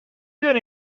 داری